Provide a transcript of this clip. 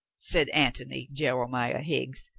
said antony jewe miah higgs.